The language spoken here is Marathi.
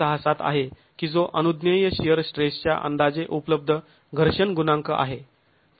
१६७ आहे की जो अनुज्ञेय शिअर स्ट्रेसच्या अंदाजे उपलब्ध घर्षण गुणांक आहे